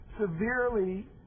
severely